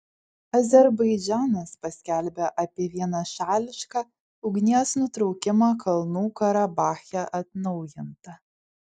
azerbaidžanas paskelbė apie vienašališką ugnies nutraukimą kalnų karabache atnaujinta